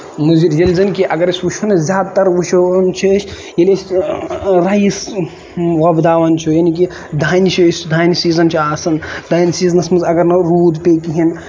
مُضِر ییٚلہِ زَن کہِ اَگر أسۍ وٕچھو نہ زیادٕ تر وٕچھان چھِ أسۍ ییٚلہِ أسۍ رایِس وۄپداوان چھِ یعنی کہِ دانہِ چھِ أسۍ دانہِ سیٖزَن چھُ آسان دانہِ سیٖزنَس منٛز اَگر نہٕ روٗد پیٚیہِ کِہینۍ